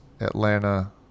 Atlanta